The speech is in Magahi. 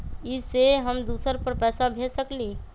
इ सेऐ हम दुसर पर पैसा भेज सकील?